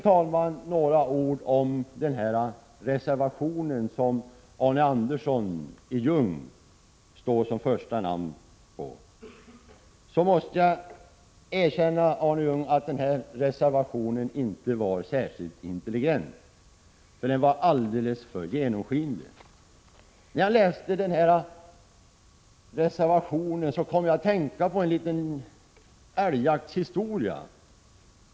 Sedan några ord om den reservation som Arne Andersson i Ljung står som första namn under. Jag måste erkänna att den reservationen inte är särskilt intelligent skriven — den är alldeles för genomskinlig. När jag läste den kom jag att tänka på en liten älgjaktshistoria.